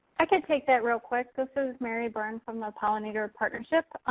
i could take that real quick. this is mary byrne from the pollinator partnership.